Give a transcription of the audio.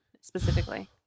specifically